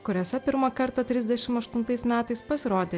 kuriuose pirmą kartą trisdešim aštuntais metais pasirodė